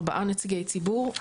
ארבעה נציגי ציבור,